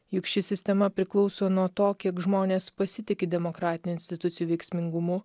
juk ši sistema priklauso nuo to kiek žmonės pasitiki demokratinių institucijų veiksmingumu